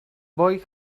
boy